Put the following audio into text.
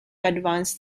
advance